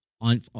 on